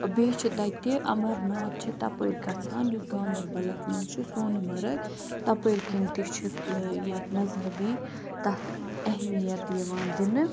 بیٚیہِ چھُ تَتہِ اَمرناتھ چھِ تَپٲرۍ گَژھان یُس گاندَربَلَس منٛز چھُ سونمَرگ تَپٲرۍ کِنۍ تہِ چھِ ٲں یَتھ مذہبی تَتھ اہمیت یِوان دِنہٕ